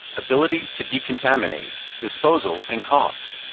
ability to decontaminate, disposal and cost.